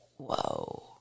whoa